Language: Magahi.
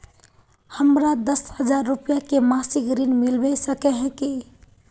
हमरा दस हजार रुपया के मासिक ऋण मिलबे सके है की?